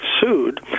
sued